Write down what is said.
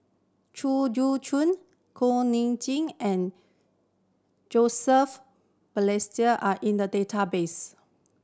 Chew Joo Kuak Nam Jin and Joseph Balestier are in the database